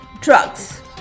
drugs